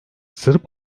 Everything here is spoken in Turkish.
sırp